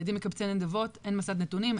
ילדים מקבצי נדבות - אין מסד נתונים,